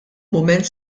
mument